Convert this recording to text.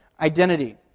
identity